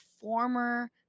former